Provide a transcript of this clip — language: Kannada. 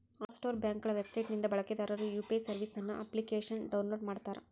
ಆಪ್ ಸ್ಟೋರ್ ಬ್ಯಾಂಕ್ಗಳ ವೆಬ್ಸೈಟ್ ನಿಂದ ಬಳಕೆದಾರರು ಯು.ಪಿ.ಐ ಸರ್ವಿಸ್ ಅಪ್ಲಿಕೇಶನ್ನ ಡೌನ್ಲೋಡ್ ಮಾಡುತ್ತಾರೆ